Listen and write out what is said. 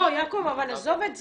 יעקב, עזוב את זה.